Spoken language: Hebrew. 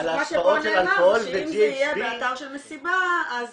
פשוט מה שפה נאמר זה שאם זה יהיה באתר של מסיבה זה